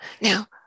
Now